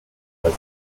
was